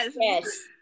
Yes